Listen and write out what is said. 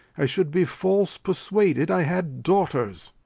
i should be false persuaded i had daughters.